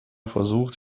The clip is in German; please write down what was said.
versucht